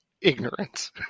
ignorance